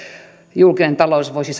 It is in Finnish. julkinen talous voisi